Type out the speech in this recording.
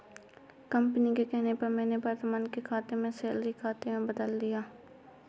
company के कहने पर मैंने अपने वर्तमान खाते को ही सैलरी खाते में बदल लिया है